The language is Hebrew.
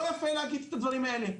לא יפה להגיד את הדברים האלה.